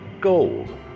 gold